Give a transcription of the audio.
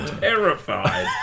terrified